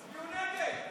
תצביעו נגד.